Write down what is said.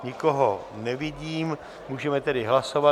Nikoho nevidím, můžeme tedy hlasovat.